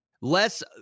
less